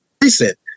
recent